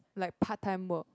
like part time work